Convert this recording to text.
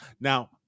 Now